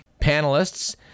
panelists